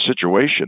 situation